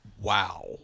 wow